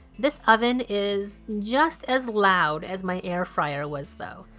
this oven is just as loud as my airfryer was though.